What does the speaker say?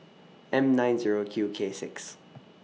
M nine Zero Q K six